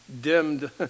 dimmed